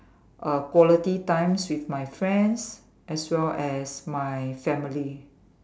uh quality times with my friends as well as my family